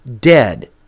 dead